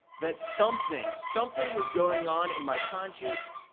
that something, something was going on in my conscious,